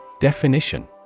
Definition